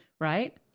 Right